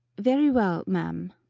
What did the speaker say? very well, ma'am.